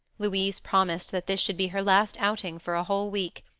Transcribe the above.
louise promised that this should be her last outing for a whole week.